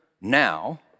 now